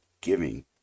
giving